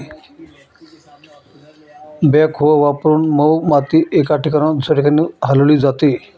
backhoe वापरून मऊ माती एका ठिकाणाहून दुसऱ्या ठिकाणी हलवली जाते